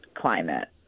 climate